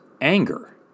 anger